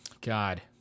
God